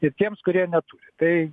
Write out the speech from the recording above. ir tiems kurie neturi tai